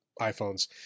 iPhones